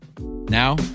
Now